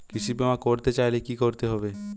কৃষি বিমা করতে চাইলে কি করতে হবে?